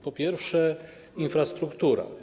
Po pierwsze, infrastruktura.